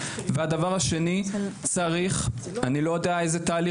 והדבר השני אני לא יודע איזה תהליך